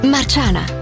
Marciana